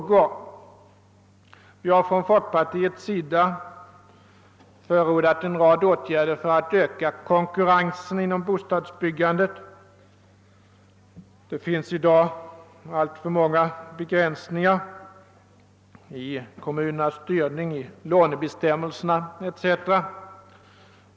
Vi har från folkpartiets sida förordat en rad åtgärder för att öka konkurrensen inom bostadsbyggandet. Det finns i dag alltför många begränsningar — i kommunernas styrning, i lånebestämmelserna etc.